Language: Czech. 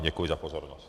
Děkuji za pozornost.